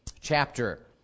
chapter